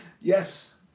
Yes